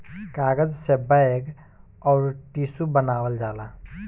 कागज से बैग अउर टिशू बनावल जाला